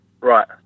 Right